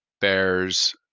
bears